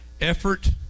Effort